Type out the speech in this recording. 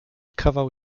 kawał